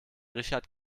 richard